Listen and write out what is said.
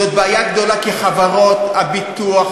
זו בעיה גדולה כי חברות הביטוח,